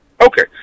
Okay